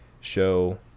show